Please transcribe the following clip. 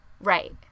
Right